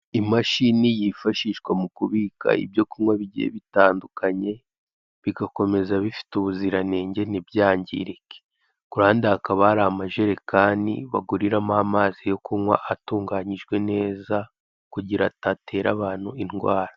Imashini yifashishwa mukubika ibyokunkwa bigiye bitandukanye bigakomeza bifite ubuziranenge ntibyangirike , kuruhande hakaba hari amajerekani baguriramo amazi yo kunkwa atunganyijwe neza kugira ngo adatera abantu indwara.